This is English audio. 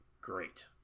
Great